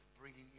bringing